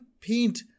paint